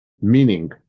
meaning